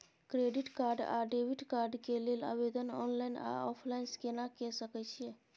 Credit card आ debit card के लेल आवेदन ऑनलाइन आ ऑफलाइन केना के सकय छियै?